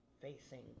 facing